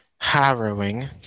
harrowing